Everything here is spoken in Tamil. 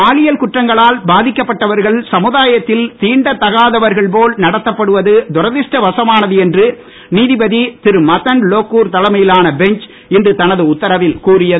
பாலியல் குற்றங்களால் பாதிக்கப்பட்டவர்கள் சமுதாயத்தில் தீண்டதகாதவர்கள் போல் நடத்தப்படுவது துரதிருஷ்டவசமானது என்று நீதிபதி திரு மதன் லோக்கூர் தலைமையிலான பெஞ்ச் இன்று தனது உத்தரவில் கூறியது